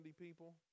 people